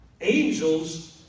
Angels